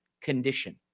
condition